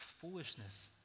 foolishness